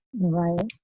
Right